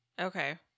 Okay